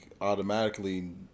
Automatically